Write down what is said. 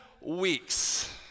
weeks